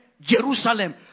Jerusalem